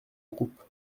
groupe